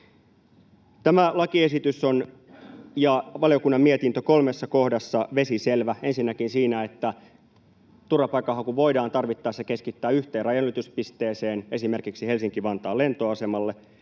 Tämä lakiesitys — ja valiokunnan mietintö — on kolmessa kohdassa vesiselvä: ensinnäkin siinä, että turvapaikanhaku voidaan tarvittaessa keskittää yhteen rajanylityspisteeseen, esimerkiksi Helsinki-Vantaan lentoasemalle;